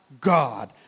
God